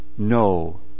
No